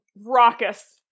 raucous